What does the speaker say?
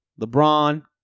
LeBron